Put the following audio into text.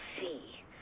see